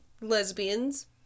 lesbians